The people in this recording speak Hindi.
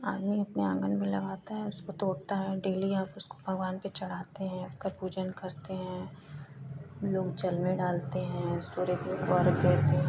आदमी अपने आँगन में लगाता है उसको तोड़ता है डेली आप उसको भगवान पर चढ़ाते हैं आपका पूजन करते हैं लोग जल में डालते हैं सूर्य को अर्घ देते हैं